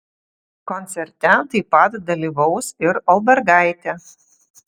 koncerte taip pat dalyvaus ir olbergaitė